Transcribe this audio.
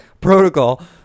protocol